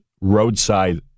roadside